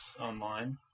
online